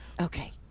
Okay